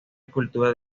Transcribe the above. escultura